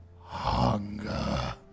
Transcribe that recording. Hunger